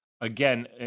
again